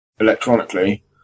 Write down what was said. electronically